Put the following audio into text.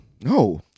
No